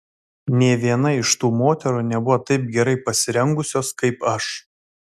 nė viena iš tų moterų nebuvo taip gerai pasirengusios kaip aš